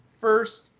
first